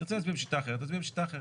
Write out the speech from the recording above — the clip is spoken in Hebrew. תרצה להצביע בשיטה אחרת, תצביע בשיטה אחרת.